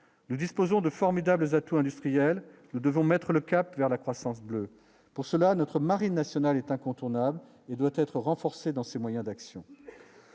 nous disposons de formidables atouts industriels, nous devons mettre le cap vers la croissance bleue. Pour cela, notre Marine nationale est incontournable et doit être renforcé dans ses moyens d'action.